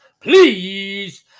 please